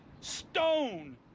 stone